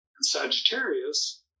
Sagittarius